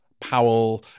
Powell